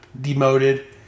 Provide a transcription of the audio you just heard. demoted